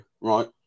right